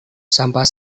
sampah